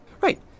Right